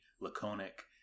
laconic